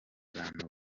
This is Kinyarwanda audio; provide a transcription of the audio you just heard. bantu